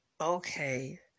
Okay